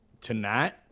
Tonight